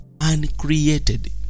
uncreated